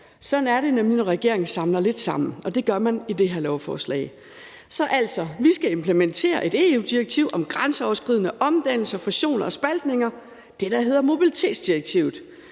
Sådan er det nemlig, når regeringen samler lidt sammen, og det gør man i det her lovforslag. Vi skal altså implementere et EU-direktiv om grænseoverskridende omdannelser, fusioner og spaltninger – det, der hedder mobilitetsdirektivet.